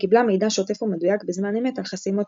וקיבלה מידע שוטף ומדויק בזמן אמת על חסימות צירים,